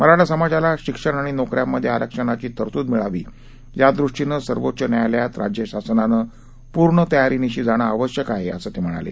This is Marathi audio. मराठा समाजाला शिक्षण आणि नोक यांमधे आरक्षणाची तरतूद मिळावी यादृष्टीनं सर्वोच्च न्यायालयात राज्यशासनानं पूर्ण तयारीनिशी जाणं आवश्यक आहे असं ते म्हणाले